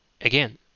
again